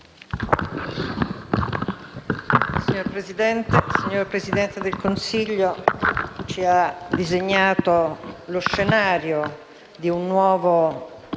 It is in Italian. Signora Presidente, il Presidente del Consiglio ci ha disegnato lo scenario di un nuovo